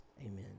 Amen